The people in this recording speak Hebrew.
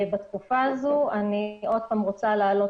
כל דקה שאנחנו ממשיכים לעקוב אחר הציבור באמצעות השירות מערערת